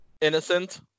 innocent